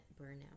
burnout